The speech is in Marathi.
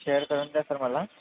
शेअर करून द्या सर मला